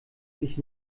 sich